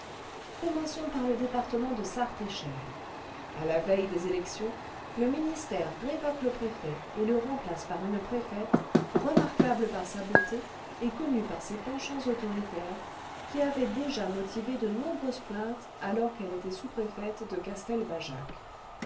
commençons par le département cle sarthe et cher a la veille des élections le ministère révoque le préfet et le remplace par une préfète remarquable par sa beauté et connue par ses penchants autoritaires qui avaient déjà motivé cle nombreuses plaintes alors qu'elle était sous-préfète de castelbajac